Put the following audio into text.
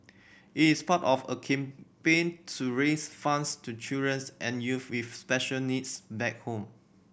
it is part of a campaign to raise funds to children's and youth with special needs back home